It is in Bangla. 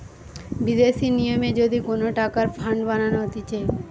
বিদেশি নিয়মে যদি কোন টাকার ফান্ড বানানো হতিছে